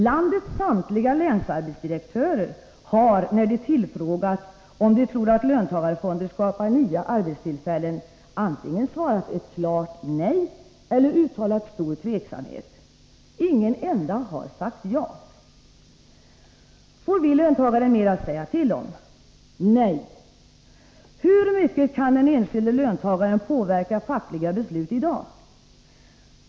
Landets samtliga länsarbetsdirektörer har, när de tillfrågats om de tror att löntagarfonder skapar nya arbetstillfällen, antingen svarat ett klart nej eller uttalat stor tveksamhet. Ingen har sagt ja. Får vi löntagare mer att säga till om? Nej! Hur mycket kan den enskilde löntagaren påverka fackliga beslut i dag?